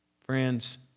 friends